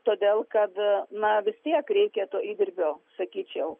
todėl kad na vis tiek reikia to įdirbio sakyčiau